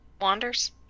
Wanders